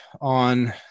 on